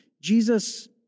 Jesus